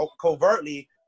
covertly